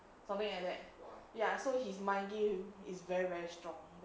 something like that ya so his mind game is very very strong